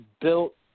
built